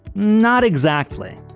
not exactly.